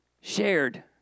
shared